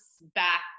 back